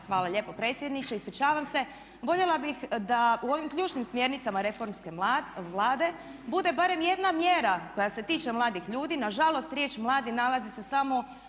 Hvala lijepo predsjedniče, ispričavam se. Voljela bih da u ovim ključnim smjernicama reformske Vlade bude barem jedna mjera koja se tiče mladih ljudi. Na žalost riječ mladi nalazi se samo